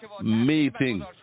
meeting